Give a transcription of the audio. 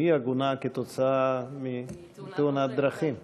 היא עגונה כתוצאה מתאונת דרכים.